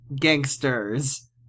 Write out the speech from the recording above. gangsters